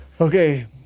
Okay